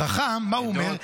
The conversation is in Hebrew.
החכם, מה הוא אומר?